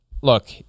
look